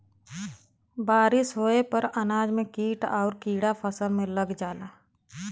बारिस होये पर अनाज में कीट आउर कीड़ा फसल में लग जाला